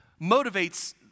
motivates